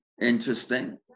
interesting